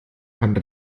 kann